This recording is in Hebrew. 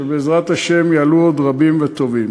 ובעזרת השם יעלו עוד רבים וטובים.